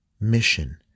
mission